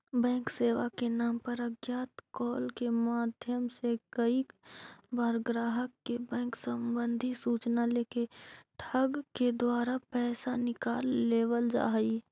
bank सेवा के नाम पर अज्ञात कॉल के माध्यम से कईक बार ग्राहक के बैंक संबंधी सूचना लेके ठग के द्वारा पैसा निकाल लेवल जा हइ